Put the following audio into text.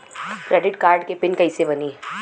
Credit card के pin कैसे बनी?